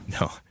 No